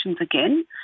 again